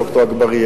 ד"ר אגבאריה,